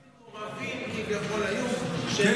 כן,